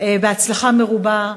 בהצלחה מרובה.